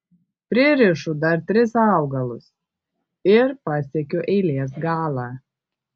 pririšu dar tris augalus ir pasiekiu eilės galą